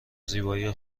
زیبایی